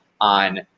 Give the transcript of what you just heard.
on